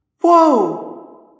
Whoa